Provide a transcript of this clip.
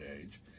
age